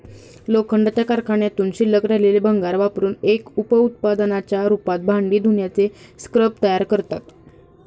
लोखंडाच्या कारखान्यातून शिल्लक राहिलेले भंगार वापरुन एक उप उत्पादनाच्या रूपात भांडी धुण्याचे स्क्रब तयार करतात